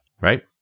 Right